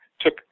took